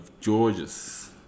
Georges